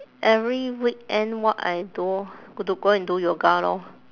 every weekend what I do to go and do yoga lor